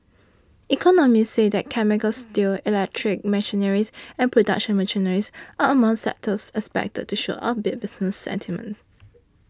economists say that chemicals steel electric machinery and production machinery are among sectors expected to show upbeat business sentiment